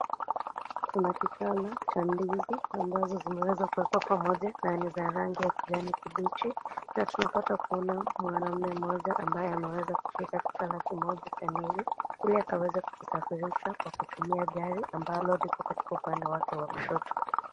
Tuna kichana za ndizi ambazo zimeweza kuwekwa pamoja na ni za rangi ya kijani kibichi na tunapata kuona mwanaume mmoja ambaye ameweza kubeba kichana kimoja cha ndizi ili akaweze kukisafirisha kwa kutumia gari ambalo liko katika upande wake wa kushoto.